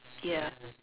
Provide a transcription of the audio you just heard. ya